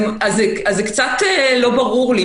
אז זה קצת לא ברור לי.